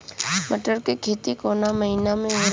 मटर क खेती कवन महिना मे होला?